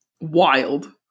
Wild